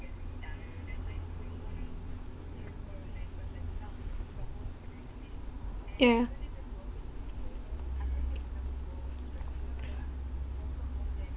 yeah